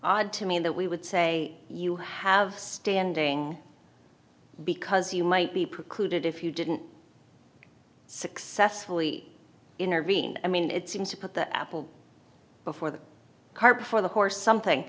odd to me that we would say you have standing because you might be precluded if you didn't successfully intervene i mean it seems to put the apple before the cart before the horse something